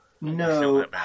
No